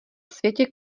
světě